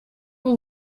b’u